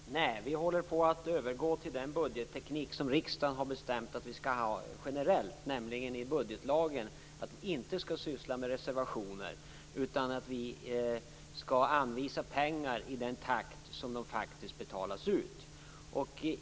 Fru talman! Nej. Vi håller på att övergå till den budgetteknik som riksdagen bestämt skall gälla generellt. Enligt budgetlagen skall vi inte syssla med reservationer. I stället skall vi anvisa pengar i den takt som medel faktiskt betalas ut.